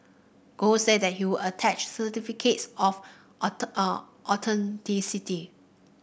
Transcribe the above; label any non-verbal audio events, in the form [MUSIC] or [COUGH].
gold said that he would attach certificates of [UNINTELLIGIBLE] authenticity